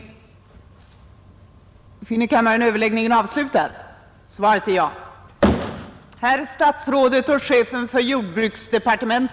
örn Om antidumping Överläggningen var härmed slutad. avgift till skydd för svensk trädgårdsodling